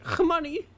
money